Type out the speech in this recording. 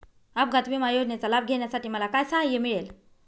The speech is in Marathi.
अपघात विमा योजनेचा लाभ घेण्यासाठी मला काय सहाय्य मिळेल?